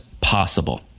possible